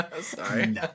Sorry